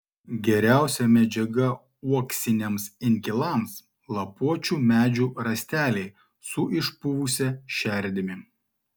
geriausia medžiaga uoksiniams inkilams lapuočių medžių rąsteliai su išpuvusia šerdimi